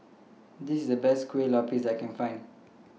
This IS The Best Kueh Lapis that I Can Find